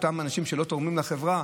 אותם אנשים שלא תורמים לחברה.